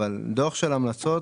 אבל דו"ח של המלצות